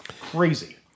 crazy